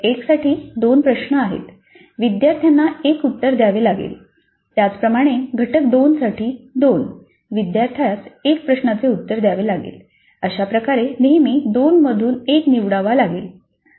तर घटक 1 साठी 2 प्रश्न आहेत विद्यार्थ्यांना 1 उत्तर द्यावे लागेल त्याचप्रमाणे घटक 2 साठी 2 विद्यार्थ्यास 1 प्रश्नाचे उत्तर द्यावे लागेल अशाप्रकारे नेहमी 2 मधून 1 निवडावा लागेल